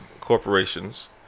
corporations